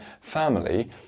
family